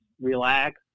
relax